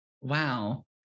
Wow